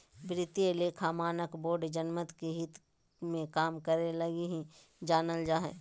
वित्तीय लेखा मानक बोर्ड जनमत के हित मे काम करे लगी ही जानल जा हय